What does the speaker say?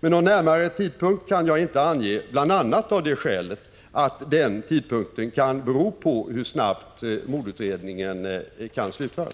Men någon närmare tidpunkt kan jag inte ange, bl.a. av det skälet att den tidpunkten beror på hur snabbt mordutredningen kan slutföras.